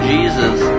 Jesus